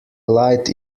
light